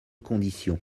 condition